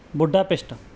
ਬੁੱਢਾ ਪਿਸਟ